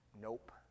Nope